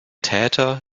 täter